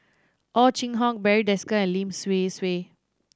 Ow Chin Hock Barry Desker and Lim Swee Say